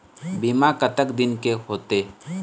बीमा कतक दिन के होते?